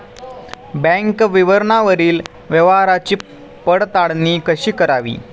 Bank विवरणावरील व्यवहाराची पडताळणी कशी करावी?